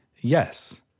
Yes